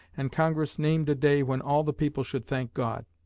and congress named a day when all the people should thank god.